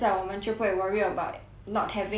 not having any work now lah